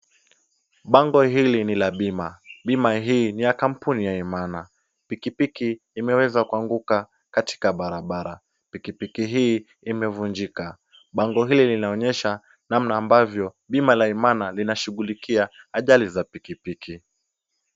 Bango hili ni bima. Bima hii ni ya kampuni ya Imana. Pikipiki imeweza kuanguka katika barabara. Pikipiki hii imevunjika. Bango hili linaonyesha namna ambavyo bima la Imana inashughulikia ajali za pikipiki.